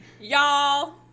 Y'all